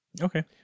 Okay